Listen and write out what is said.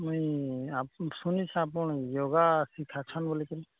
ମୁଇଁ ଶୁଣିଛି ଆପଣ ୟୋଗା ଶିଖାଛନ୍ ବୋଲିକିରି